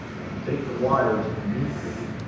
i can take the wires neatly